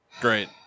great